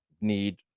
need